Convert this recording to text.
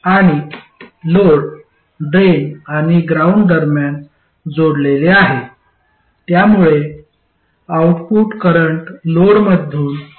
आणि load drain आणि ground दरम्यान जोडलेले आहे त्यामुळे आउटपुट करंट लोडमधून जाईल